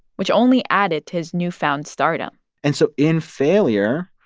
which only added to his newfound stardom and so in failure,